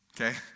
okay